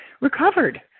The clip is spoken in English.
recovered